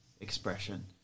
expression